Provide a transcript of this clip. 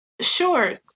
Sure